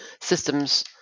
systems